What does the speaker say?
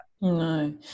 no